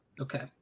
Okay